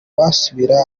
basubira